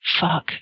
Fuck